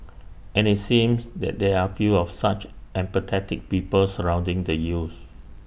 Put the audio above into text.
and IT seems that there are few of such empathetic people surrounding the youths